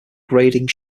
grading